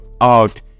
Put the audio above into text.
out